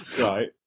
Right